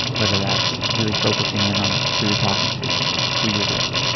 whether that's really focusing in on who you're talking to or who you're with.